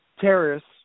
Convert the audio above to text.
terrorists